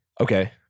Okay